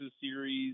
series